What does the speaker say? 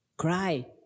cry